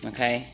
Okay